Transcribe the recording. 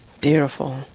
Beautiful